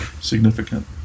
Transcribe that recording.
significant